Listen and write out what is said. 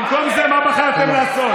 חבר הכנסת, במקום זה, מה בחרתם לעשות?